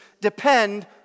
depend